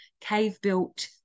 cave-built